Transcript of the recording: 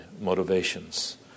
motivations